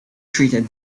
treated